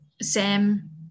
Sam